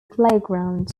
playground